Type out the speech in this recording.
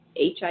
HIV